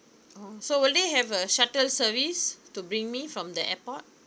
oh so will they have a shuttle service to bring me from the airport